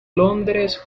londres